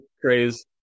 craze